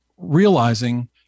realizing